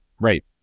right